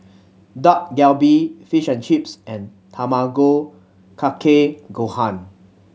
Dak Galbi Fish and Chips and Tamago Kake Gohan